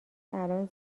الان